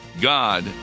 God